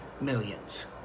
millions